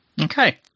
Okay